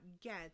get